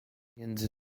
między